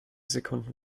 sekunden